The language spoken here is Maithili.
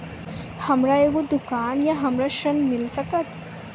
हमर एगो दुकान या हमरा ऋण मिल सकत?